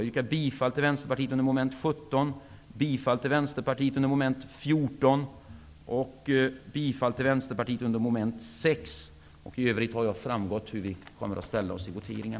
Jag yrkar bifall till mom. 6, 14 och 17. I övrigt har det framgått hur vi kommer att ställa oss i voteringarna.